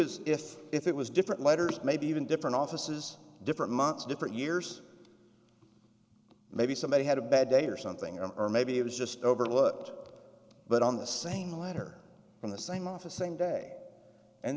because if it was different letters maybe even different offices different months different years maybe somebody had a bad day or something or maybe it was just overlooked but on the same letter from the same office same day and